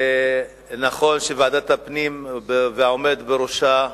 ונכון שוועדת הפנים והעומד בראשה,